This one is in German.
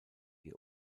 ihr